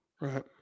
right